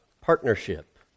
partnership